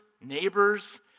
neighbors